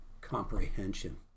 comprehension